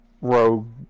rogue